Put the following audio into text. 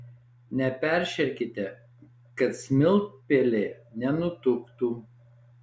neperšerkite kad smiltpelė nenutuktų